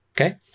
Okay